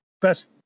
best